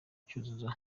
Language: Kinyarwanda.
cyuzuzo